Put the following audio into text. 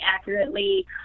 accurately